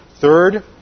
Third